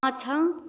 पाछाँ